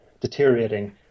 deteriorating